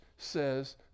Says